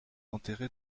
enterré